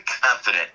confident